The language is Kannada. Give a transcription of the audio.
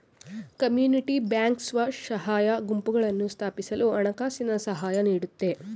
ಕಮ್ಯುನಿಟಿ ಬ್ಯಾಂಕ್ ಸ್ವಸಹಾಯ ಗುಂಪುಗಳನ್ನು ಸ್ಥಾಪಿಸಲು ಹಣಕಾಸಿನ ಸಹಾಯ ನೀಡುತ್ತೆ